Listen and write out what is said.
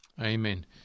Amen